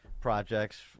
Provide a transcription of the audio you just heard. projects